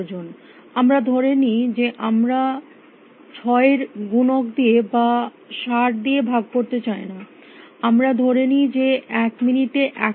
আমরা ধরে নি যে আমরা 6এর গুণক দিয়ে বা 60 দিয়ে ভাগ করতে চাই না আমরা ধরে নি যে এক মিনিটে 100 সেকেন্ড